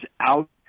out